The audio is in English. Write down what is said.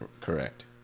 Correct